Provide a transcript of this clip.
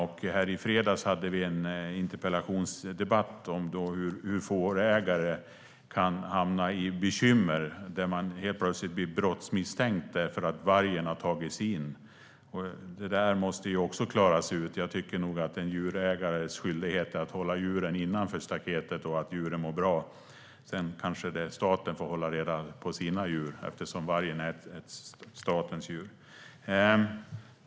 I fredags hade vi en interpellationsdebatt om hur fårägare kan hamna i bekymmer och helt plötsligt bli brottsmisstänkta därför att vargen har tagit sig in. Det där måste ju också klaras ut; jag tycker nog att en djurägares skyldighet är att hålla djuren innanför staketet och se till att de mår bra, och sedan kanske staten får hålla reda på sina djur. Vargen är ju ett statens djur.